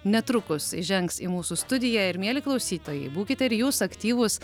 netrukus įžengs į mūsų studiją ir mieli klausytojai būkit ir jūs aktyvūs